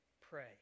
pray